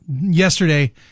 Yesterday